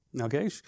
Okay